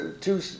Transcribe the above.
two